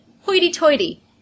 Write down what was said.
hoity-toity